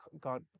God